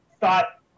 thought